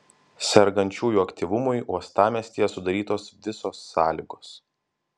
sergančiųjų aktyvumui uostamiestyje sudarytos visos sąlygos